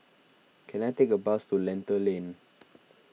can I take a bus to Lentor Lane